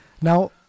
now